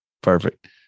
Perfect